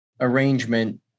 arrangement